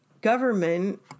government